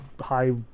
high